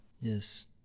Yes